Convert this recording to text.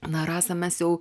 na rasa mes jau